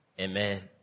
Amen